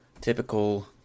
typical